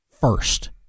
first